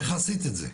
איך עשית את זה?